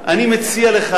אני מציע לך,